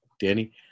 Danny